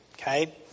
Okay